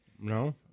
No